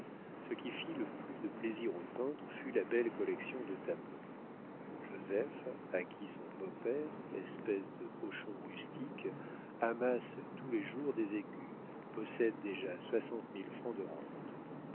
ce qui fit le plus de plaisir au peintre fut la belle collection de tableaux joseph à qui son beau-père espèce de hochon rustique amasse tous les jours des écus possède déjà soixante mille francs de rente